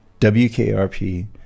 WKRP